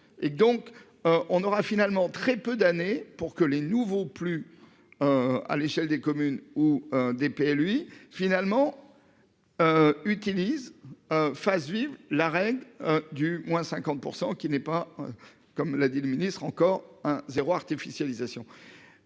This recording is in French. et donc. On aura finalement très peu d'années pour que les nouveaux plus. À l'échelle des communes ou des lui finalement. Utilise. Face, vive la règle du moins 50% qui n'est pas. Comme l'a dit le ministre. Encore un zéro artificialisation.